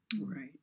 Right